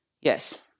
Yes